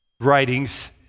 writings